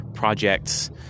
Projects